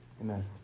Amen